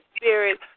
spirit